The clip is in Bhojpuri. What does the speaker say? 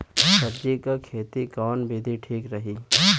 सब्जी क खेती कऊन विधि ठीक रही?